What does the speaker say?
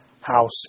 house